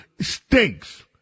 stinks